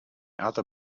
other